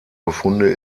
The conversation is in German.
befunde